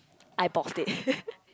I bought it